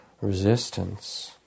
resistance